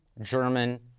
German